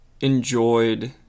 enjoyed